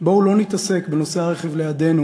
בואו לא נתעסק בנוסעי הרכב לידנו